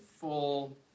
full